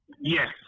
Yes